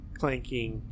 clanking